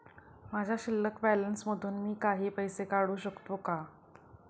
माझ्या शिल्लक बॅलन्स मधून मी काही पैसे काढू शकतो का?